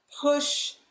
push